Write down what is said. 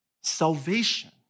Salvation